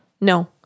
no